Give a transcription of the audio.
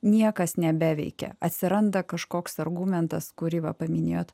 niekas nebeveikia atsiranda kažkoks argumentas kurį va paminėjot